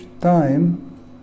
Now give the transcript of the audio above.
time